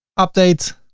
update,